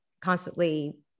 constantly